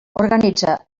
organitza